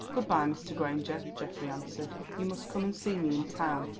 good-bye, mr. granger, geoffrey answered you must come and see me in town.